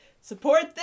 support